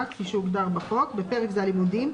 כפי שהוגדר בחוק (בפרק זה הלימודים),